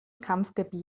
kampfgebiet